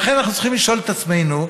לכן אנחנו צריכים לשאול את עצמנו,